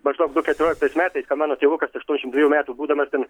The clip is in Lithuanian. maždaug du keturioliktais metais ką mano tėvukas aštuoniasdešim dvejų metų būdamas ten